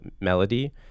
melody